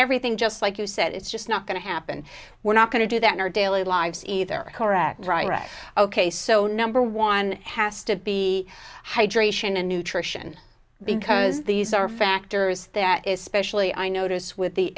everything just like you said it's just not going to happen we're not going to do that in our daily lives either ok so number one has to be hydration and nutrition because these are factors that is specially i notice with the